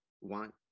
want